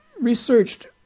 researched